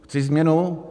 Chci změnu.